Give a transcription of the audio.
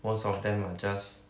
most of them are just